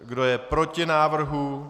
Kdo je proti návrhu?